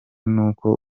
nuko